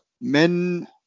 men